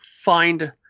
find